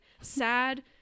sad